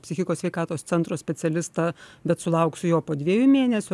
psichikos sveikatos centro specialistą bet sulauksiu jo po dviejų mėnesių